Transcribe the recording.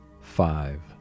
five